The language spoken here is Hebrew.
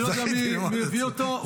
אני לא יודע מי הביא אותו.